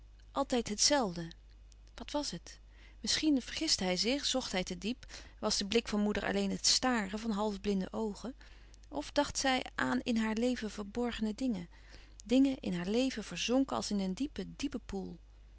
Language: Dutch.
altijd het zelfde wat was het misschien vergiste hij zich zocht hij te diep was de blik van moeder alleen het staren van half blinde oogen of dacht zij aan in haar leven verborgene dingen dingen in haar leven verzonken als in een diepe diepe poel